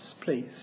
please